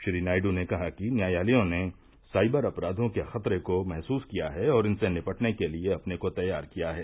श्री नायडू ने कहा कि न्यायालयों ने साइबर अपराधों के खतरे को महसूस किया है और इनसे निपटने के लिए अपने को तैयार किया है